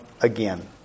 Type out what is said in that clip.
again